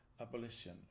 abolition